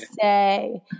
say